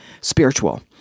spiritual